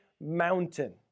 mountain